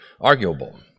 arguable